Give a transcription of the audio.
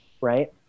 right